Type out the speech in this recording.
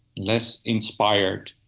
less inspired